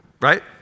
Right